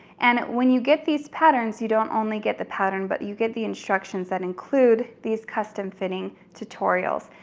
and when you get these patterns, you don't only get the pattern, but you get the instructions that include these custom fitting tutorials.